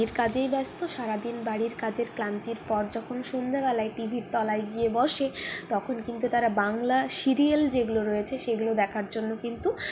বাড়ির কাজেই ব্যস্ত সারাদিন বাড়ির কাজের ক্লান্তি পর যখন সন্ধ্যেবেলায় টি ভির তলায় গিয়ে বসে তখন কিন্তু তারা বাংলা সিরিয়াল যেগুলো রয়েছে সেগুলো দেখার জন্য কিন্তু